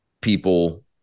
people